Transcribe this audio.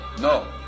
No